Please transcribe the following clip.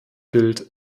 bild